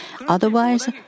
Otherwise